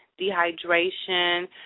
dehydration